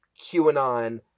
QAnon